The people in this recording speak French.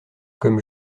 comme